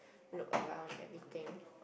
look around everything